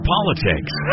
Politics